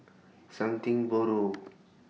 Something Borrowed